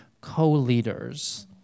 co-leaders